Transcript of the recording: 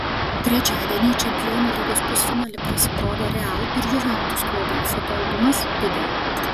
trečiadienį į čempionų lygos pusfinalį prasibrovė real ir juventus klubai fotoalbumas video